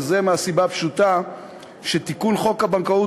וזה מהסיבה הפשוטה שתיקון חוק הבנקאות